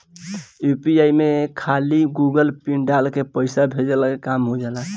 UPI में खाली Google pin डाल के पईसा भेजला के काम हो होजा